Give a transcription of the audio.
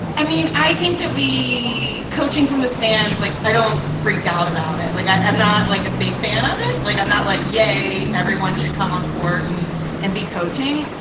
i mean, i think that we coaching from the stands. like i don't freak out about it. like i am not like a big fan of it. like, i'm not like, yay, everyone should come on korten and be coaching.